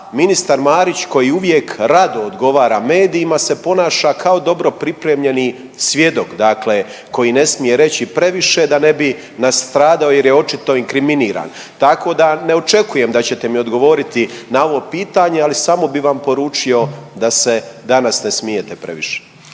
ministar Marić koji uvijek rado odgovara medijima se ponaša kao dobro pripremljeni svjedok, dakle koji ne smije reći previše da ne bi nastradao jer je očito inkriminiran. Tako da ne očekujem da ćete mi odgovoriti na ovo pitanje, ali samo bi vam poručio da se danas ne smijete previše.